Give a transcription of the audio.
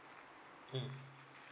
mm